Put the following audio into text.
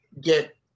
get